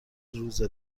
روز